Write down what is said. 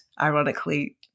ironically